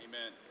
Amen